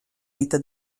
vita